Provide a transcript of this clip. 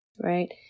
right